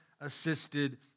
assisted